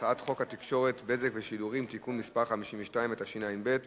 הצעת חוק זו אושרה ותידון בוועדת החוץ